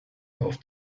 auf